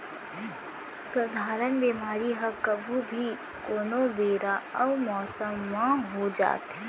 सधारन बेमारी ह कभू भी, कोनो बेरा अउ मौसम म हो जाथे